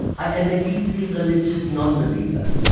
i am a deeply religious non-believer.